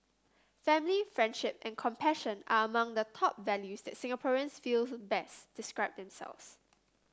family friendship and compassion are among the top values that Singaporeans feel best describe themselves